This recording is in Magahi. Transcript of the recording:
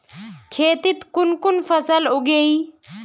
खेतीत कुन कुन फसल उगेई?